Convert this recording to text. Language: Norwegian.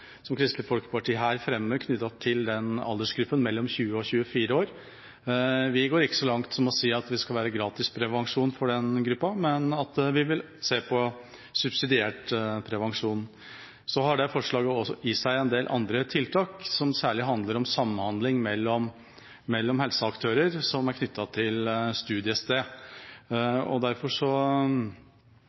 som Kristelig Folkeparti her fremmer, knyttet til aldersgruppa 20–24 år. Vi går ikke så langt som å si at det skal være gratis prevensjon for denne gruppa, men vi vil se på subsidiert prevensjon. Forslaget har også i seg en del andre tiltak, som særlig handler om samhandling mellom helseaktører som er knyttet til et studiested. Derfor